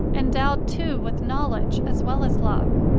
endowed, too, with knowledge as well as love.